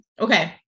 Okay